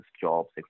jobs